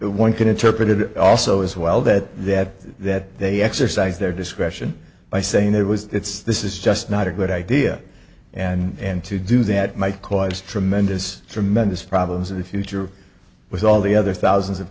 it one could interpret it also as well that that that they exercise their discretion by saying that it was this is just not a good idea and to do that might cause tremendous tremendous problems in the future with all the other thousands of